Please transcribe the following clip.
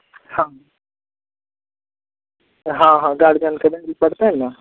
हँ हँ हँ गार्जियनके पड़तय ने